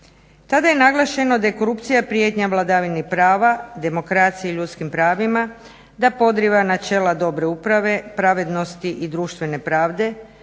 Tada je naglašeno da je korupcija prijetnja vladavini prava, demokraciji i ljudskim pravima da podrijeva načela dobre uprave, pravednosti i društvene pravde,